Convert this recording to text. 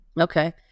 Okay